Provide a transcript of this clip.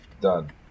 Done